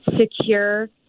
secure